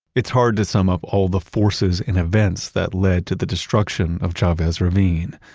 it's hard to sum up all the forces and events that led to the destruction of chavez ravine.